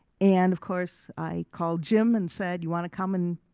and of course, i called jim and said, you want to come and,